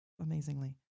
amazingly